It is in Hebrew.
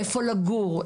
איפה לגור,